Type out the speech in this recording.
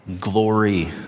glory